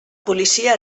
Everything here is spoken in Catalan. policia